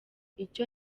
icyo